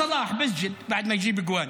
בסוף חקרו אותו, לקחו אותו לתחנה על הפרת הסדר